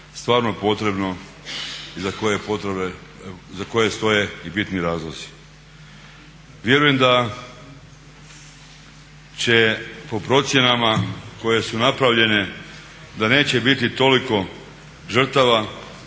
stvarno potrebno i za koje stoje i bitni razlozi. Vjerujem da će po procjenama koje su napravljene da neće biti toliko žrtava,